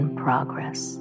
progress